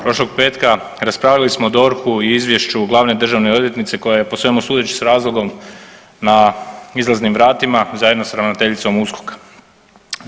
Prošlog petka raspravili smo o DORH-u i izvješću glavne državne odvjetnice koja je po svemu sudeći s razlogom na izlaznim vratima zajedno s ravnateljicom USKOK-a.